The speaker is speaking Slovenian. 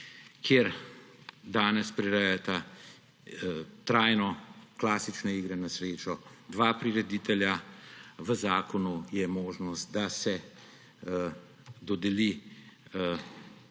kjer danes prirejata trajno klasične igre na srečo dva prireditelja. V zakonu je možnost, da se dodeli